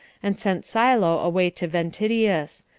and sent silo away to ventidius,